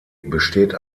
besteht